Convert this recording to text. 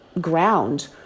ground